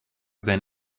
than